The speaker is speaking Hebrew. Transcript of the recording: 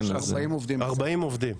40 עובדים.